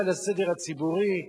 אולי לסדר הציבורי.